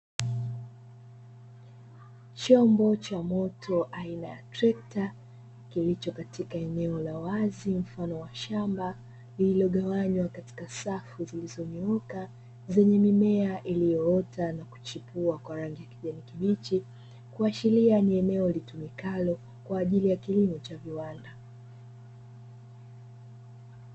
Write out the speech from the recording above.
Chombo cha moto aina ya trekta kilicho katika eneo la wazi mafano wa shamba lililogawanywa katika safu zilizonyooka zenye mimea iliyoota na kuchipua kwa rangi ya kijani kibichi, kuashiria ni eneo litumikalo kwa ajili ya kilimo cha viwanda.